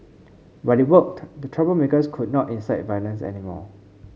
but it worked the troublemakers could not incite violence anymore